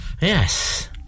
yes